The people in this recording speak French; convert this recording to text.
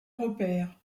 repères